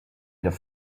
their